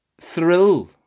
thrill